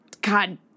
God